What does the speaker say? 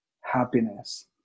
happiness